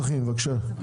הכי